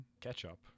ketchup